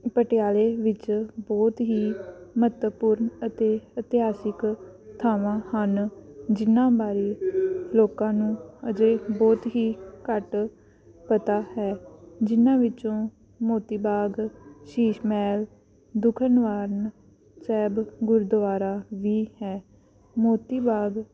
ਪਟਿਆਲੇ ਵਿੱਚ ਬਹੁਤ ਹੀ ਮਹੱਤਵਪੂਰਨ ਅਤੇ ਇਤਿਹਾਸਿਕ ਥਾਵਾਂ ਹਨ ਜਿਹਨਾਂ ਬਾਰੇ ਲੋਕਾਂ ਨੂੰ ਹਜੇ ਬਹੁਤ ਹੀ ਘੱਟ ਪਤਾ ਹੈ ਜਿਹਨਾਂ ਵਿੱਚੋਂ ਮੋਤੀ ਬਾਗ ਸ਼ੀਸ਼ ਮਹਿਲ ਦੁਖਨਿਵਾਰਨ ਸਾਹਿਬ ਗੁਰਦੁਆਰਾ ਵੀ ਹੈ ਮੋਤੀ ਬਾਗ